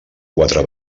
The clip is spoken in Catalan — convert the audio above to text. quatre